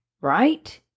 Right